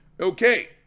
okay